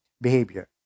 behavior